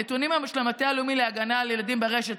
הנתונים הם של המטה הלאומי להגנה על ילדים ברשת,